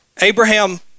Abraham